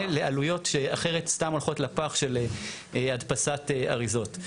לעלויות שאחרת סתם הולכות לפח של הדפסת אריזות.